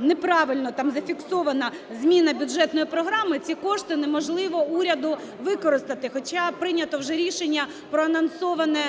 неправильно там зафіксована зміна бюджетної програми, ці кошти неможливо уряду використати, хоча прийнято вже рішення проанонсоване